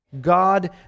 God